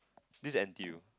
this N_T_U